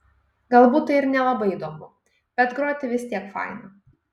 galbūt tai ir nelabai įdomu bet groti vis tiek faina